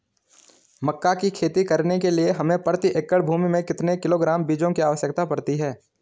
मक्का की खेती करने के लिए हमें प्रति एकड़ भूमि में कितने किलोग्राम बीजों की आवश्यकता पड़ती है?